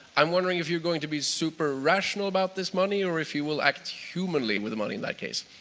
i'm wondering if you're going to be super rational about this money or if you will act humanly with the money in that case